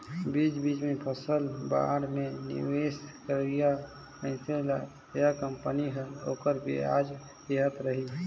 बीच बीच मे सलाना बांड मे निवेस करोइया मइनसे ल या कंपनी हर ओखर बियाज देहत रही